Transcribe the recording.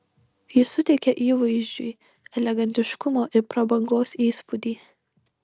jis suteikia įvaizdžiui elegantiškumo ir prabangos įspūdį